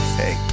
hey